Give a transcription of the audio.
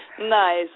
Nice